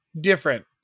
different